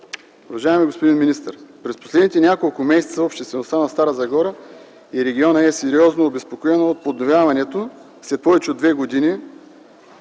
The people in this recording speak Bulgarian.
Уважаеми господин министър, през последните няколко месеца обществеността на Стара Загора и региона е сериозно обезпокоена от подновяването след повече от две години